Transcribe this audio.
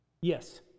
Yes